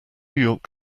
york